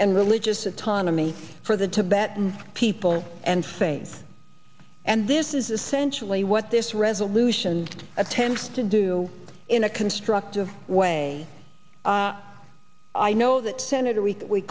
and religious autonomy for the tibetan people and faith and this is essentially what this resolution attends to do in a constructive way i know that senator we